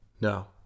No